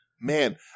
Man